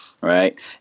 right